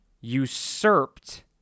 usurped